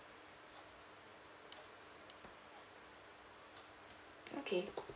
okay